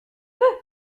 veux